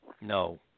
No